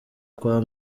kwa